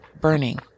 Burning